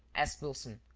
asked wilson.